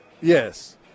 Yes